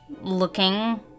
looking